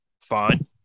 fine